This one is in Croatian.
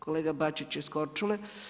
Kolega Bačić je sa Korčule.